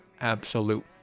absolute